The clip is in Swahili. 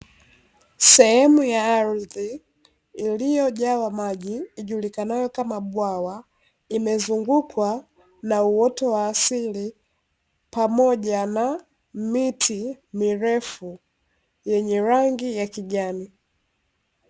Sehemu ya ardhi iliyojaa maji ijulikanayo kama bwawa imezungukwa na uoto wa asili, pamoja na miti mirefu yenye rangi ya kijani.